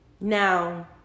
Now